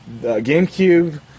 GameCube